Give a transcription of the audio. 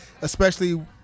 especially-